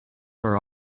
are